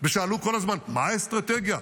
ושאלו כל הזמן: מה האסטרטגיה?